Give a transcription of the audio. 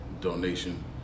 donation